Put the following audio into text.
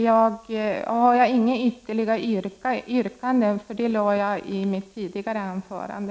Jag har inget ytterligare yrkande, utan det framförde jag i mitt tidigare anförande.